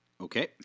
Okay